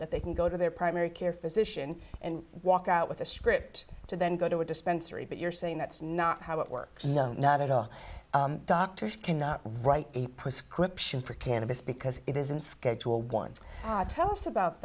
that they can go to their primary care physician and walk out with a script to then go to a dispensary but you're saying that's not how it works not at all doctors cannot write a prescription for cannabis because it isn't schedule one tell us about